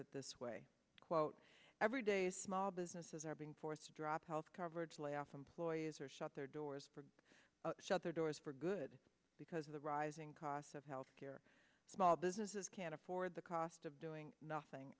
it this way quote every day small businesses are being forced to drop health coverage lay off employees or shut their doors shut their doors for good because of the rising costs of health care small businesses can't afford the cost of doing nothing